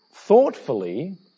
thoughtfully